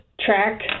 track